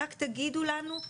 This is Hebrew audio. רק תגידו לנו.